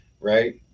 Right